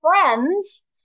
friends